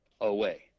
away